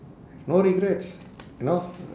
no regrets you know